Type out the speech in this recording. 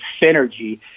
synergy